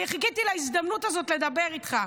כי חיכיתי להזדמנות הזאת לדבר איתך.